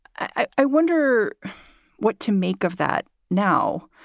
i wonder what to make of that. now,